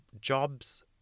jobs